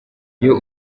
iyo